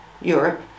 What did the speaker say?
Europe